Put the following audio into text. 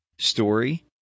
story